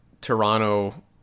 Toronto